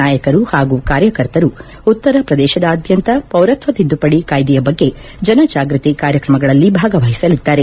ನಾಯಕರು ಹಾಗೂ ಕಾರ್ಯಕರ್ತರು ಉತ್ತರ ಪ್ರದೇಶದಾದ್ಯಂತ ಪೌರತ್ತ ತಿದ್ಲುಪಡಿ ಕಾಯ್ಲೆಯ ಬಗ್ಗೆ ಜನ ಜಾಗ್ವತಿ ಕಾರ್ಯಕ್ರಮಗಳಲ್ಲಿ ಭಾಗವಹಿಸಲಿದ್ದಾರೆ